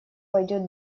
пойдет